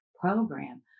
program